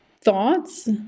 thoughts